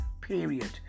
period